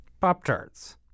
Pop-Tarts